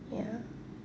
ya